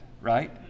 right